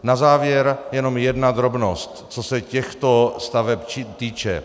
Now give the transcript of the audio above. Na závěr jenom jedna drobnost, co se těchto staveb týče.